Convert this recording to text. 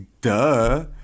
duh